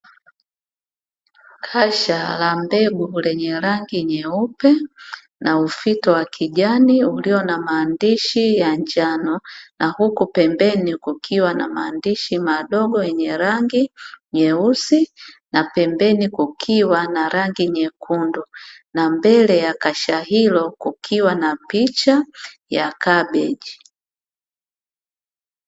Kasha la mbegu lenye rangi nyeupe na ufito wa kijani ulio na maandishi ya njano, na huku pembeni kukiwa na maandishi madogo yenye rangi nyeusi, na pembeni kukiwa na rangi nyekundu; na mbele ya kasha hilo kukiwa na picha ya kabeji.